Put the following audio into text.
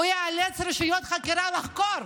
הוא יאלץ רשויות חקירה לחקור,